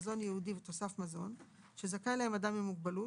מזון ייעודי ותוסף מזון שזכאי להם אדם עם מוגבלות,